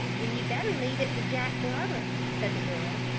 then you'd better leave it to jack glover, said the girl,